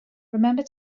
remember